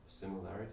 Similarity